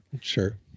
sure